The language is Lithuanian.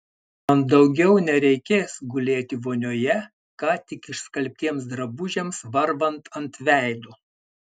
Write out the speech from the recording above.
man daugiau nereikės gulėti vonioje ką tik išskalbtiems drabužiams varvant ant veido